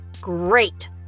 great